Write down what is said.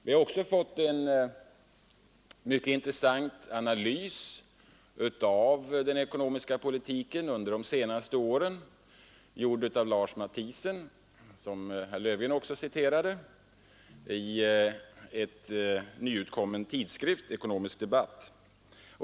Vi har vidare fått en intressant analys av den ekonomiska politiken under de senaste åren, gjord av Lars Matthiessen, som även herr Löfgren citerade, i den nyutkomna tidskriften Ekonomisk debatt.